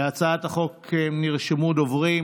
להצעת החוק נרשמו דוברים.